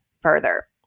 further